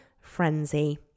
frenzy